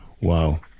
Wow